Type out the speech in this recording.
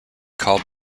called